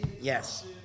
yes